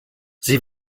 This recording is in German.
sie